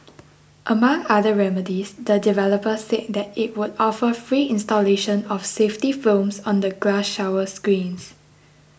among other remedies the developer said that it would offer free installation of safety films on the glass shower screens